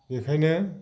बेखायनो